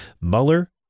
Mueller